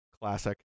classic